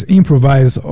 improvise